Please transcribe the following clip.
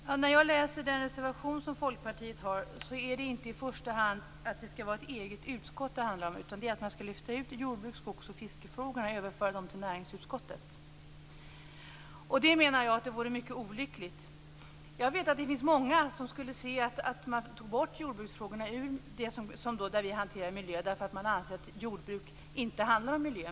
Herr talman! När jag läser Folkpartiets reservation uppfattar jag inte att det i första hand handlar om att det skall vara ett eget utskott, utan det handlar om att bryta ut jordbruks-, skogs och fiskefrågorna för att överföra dem till näringsutskottet. Det menar jag vore mycket olyckligt. Jag vet att det finns många som skulle se att man skilde ut hanteringen av jordbruksfrågorna från miljöfrågorna, därför att man anser att jordbruk inte handlar om miljö.